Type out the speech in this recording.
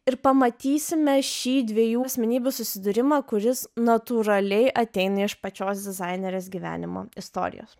ir pamatysime šį dviejų asmenybių susidūrimą kuris natūraliai ateina iš pačios dizainerės gyvenimo istorijos